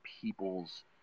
people's